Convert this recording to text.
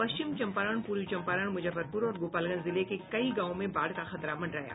पश्चिम चंपारण पूर्वी चंपारण मुजफ्फरपुर और गोपालगंज जिले के कई गांवों में बाढ़ का खतरा मंडराया